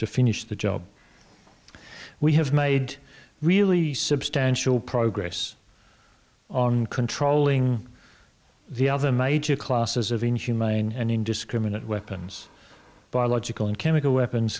to finish the job we have made really substantial progress on controlling the other major classes of inhumane and indiscriminate weapons biological and chemical weapons